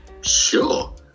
sure